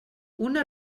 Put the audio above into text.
una